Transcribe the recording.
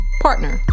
partner